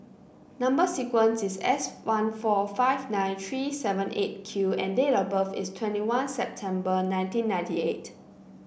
number sequence is S one four five nine three seven Eight Q and date of birth is twenty one September nineteen ninety eight